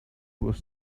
was